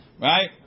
Right